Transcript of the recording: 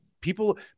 People